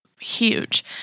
huge